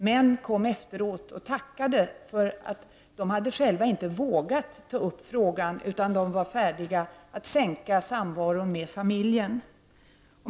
Män kom efteråt och tackade, då de själva inte hade vågat ta upp frågan utan var färdiga att minska samvaron med familjen.